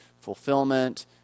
fulfillment